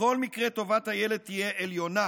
בכל מקרה טובת הילד תהיה עליונה.